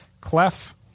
Clef